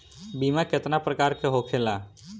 बीमा केतना प्रकार के होखे ला?